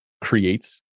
creates